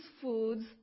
foods